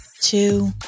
two